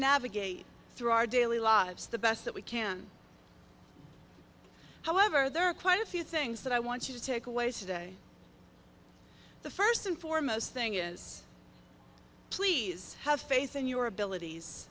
navigate through our daily lives the best that we can however there are quite a few things that i want you to take away today the first and foremost thing is please have face and your abilities